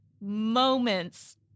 moments